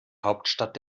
hauptstadt